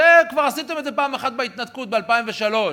כבר עשיתם את זה פעם אחת בהתנתקות, ב-2003.